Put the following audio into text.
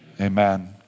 Amen